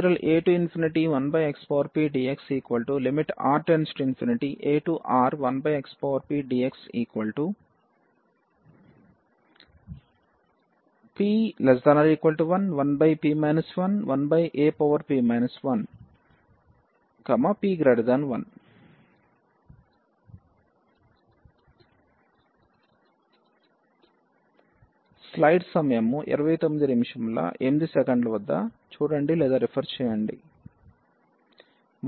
a1xpdxR→∞⁡aR1xpdxp≤1 1p 11ap 1p1